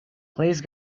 please